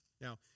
now